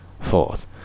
Fourth